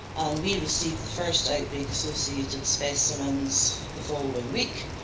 we received the first outbreak-associated and specimens the following week.